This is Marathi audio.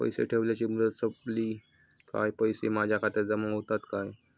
पैसे ठेवल्याची मुदत सोपली काय पैसे माझ्या खात्यात जमा होतात काय?